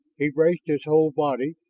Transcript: he braced his whole body,